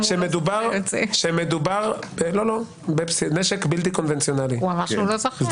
כשמדובר בנשק בלתי קונבנציונלי --- הוא אמר שהוא לא זוכר?